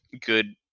good